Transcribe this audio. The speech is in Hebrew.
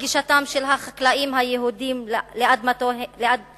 גישתם של החקלאים היהודים לאדמותיהם,